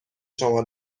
شما